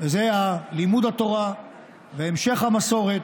וזה לימוד התורה והמשך המסורת,